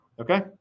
Okay